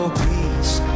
peace